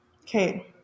Okay